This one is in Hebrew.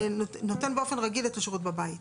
נותן באופן רגיל את השירות בבית.